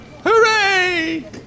Hooray